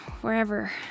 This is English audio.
Wherever